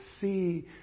see